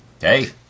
hey